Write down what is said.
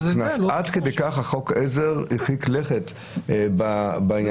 עד כדי כך חוק העזר הרחיק לכת בעניין הזה.